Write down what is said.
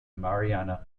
mariana